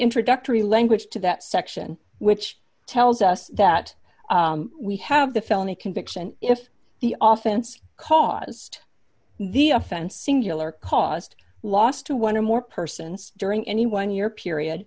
introductory language to that section which tells us that we have the felony conviction if the often it's caused the offense singular caused loss to one or more persons during any one year period